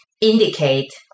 indicate